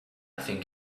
think